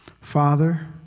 Father